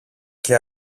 και